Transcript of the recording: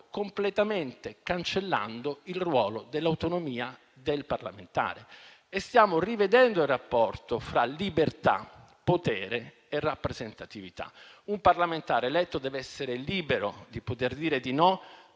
completamente cancellando il ruolo dell'autonomia del parlamentare e stiamo rivedendo il rapporto fra libertà, potere e rappresentatività. Un parlamentare eletto deve essere libero di poter dire di no